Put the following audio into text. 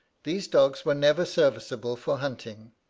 these dogs were never serviceable for hunting,